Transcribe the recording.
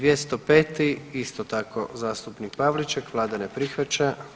205. isto tako zastupnik Pavliček, vlada ne prihvaća.